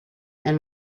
and